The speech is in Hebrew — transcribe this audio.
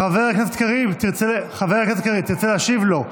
חבר הכנסת קריב, תרצה להשיב לו?